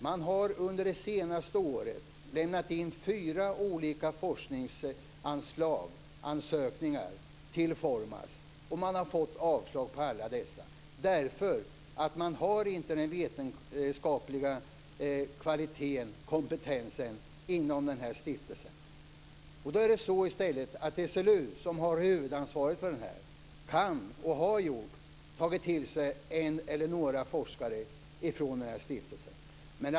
Man har under det senaste året lämnat in fyra olika ansökningar om forskningsanslag till Formas och man har fått avslag på alla dessa eftersom det inte finns den vetenskapliga kvaliteten, kompetensen, inom den här stiftelsen. Då är det i stället så att SLU, som har huvudansvaret för det här, kan ta till sig och har tagit till sig en eller några forskare från den här stiftelsen.